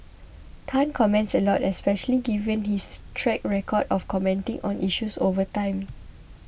Tan comments a lot especially given his track record of commenting on issues over time